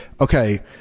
Okay